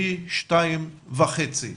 פי שתיים וחצי.